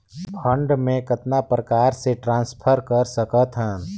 Fund मे कतना प्रकार से ट्रांसफर कर सकत हन?